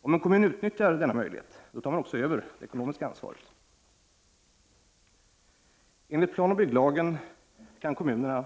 Om en kommun utnyttjar denna möjlighet tar man också över det ekonomiska ansvaret. Enligt planoch bygglagen kan kommunerna